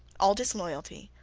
all disloyalty,